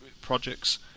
projects